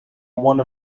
one